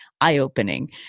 eye-opening